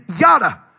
yada